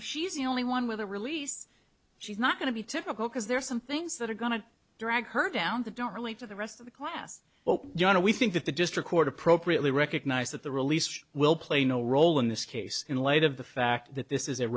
and she's the only one with a release she's not going to be typical because there are some things that are going to drag her down that don't relate to the rest of the class well you know we think that the just record appropriately recognize that the release will play no role in this case in light of the fact that this is